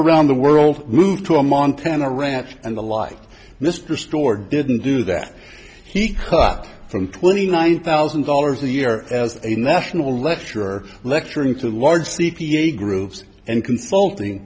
around the world moved to a montana ranch and the like mr store didn't do that he cut from twenty nine thousand dollars a year as a national lecture lecturing to large c p a groups and consulting